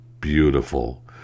beautiful